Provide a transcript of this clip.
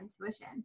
intuition